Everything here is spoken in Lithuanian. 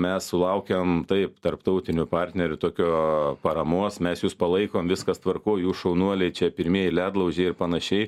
mes sulaukiame taip tarptautinių partnerių tokio paramos mes jus palaikom viskas tvarkoj jūs šaunuoliai čia pirmieji ledlaužiai ir panašiai